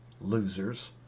Losers